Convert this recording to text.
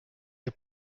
der